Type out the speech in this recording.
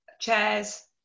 chairs